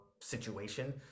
situation